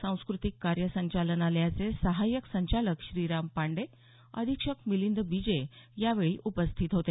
सांस्कृतिक कार्य संचालनालयाचे सहाय्यक संचालक श्रीराम पांडे अधीक्षक मिलिंद बिजे यावेळी उपस्थित होते